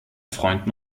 freunden